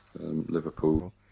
Liverpool